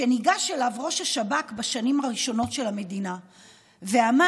שניגש אליו ראש השב"כ בשנים הראשונות של המדינה ואמר: